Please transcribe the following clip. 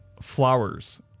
flowers